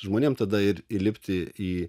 žmonėms tada ir įlipti į